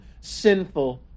sinful